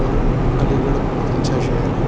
اور علی گڑھ بہت اچھا شہر ہے